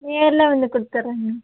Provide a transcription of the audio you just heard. நேரில் வந்து கொடுத்துட்றேங்க